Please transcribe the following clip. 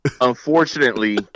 unfortunately